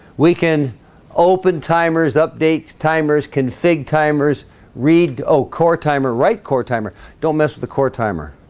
we can open timers update timers config timers read oh core timer right core timer don't mess with the core timer